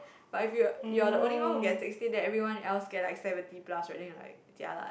but if you're you're the only one who get sixteen then everyone else get like seventy plus right then you're like jialat